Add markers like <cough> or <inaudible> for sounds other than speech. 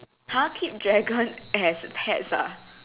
!huh! keep dragon as pets ah <laughs>